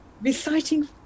reciting